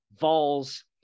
Vols